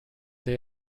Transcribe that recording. they